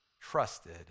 trusted